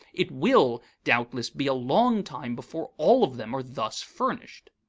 it will, doubtless, be a long time before all of them are thus furnished.